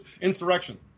insurrection